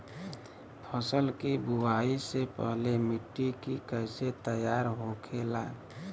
फसल की बुवाई से पहले मिट्टी की कैसे तैयार होखेला?